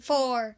Four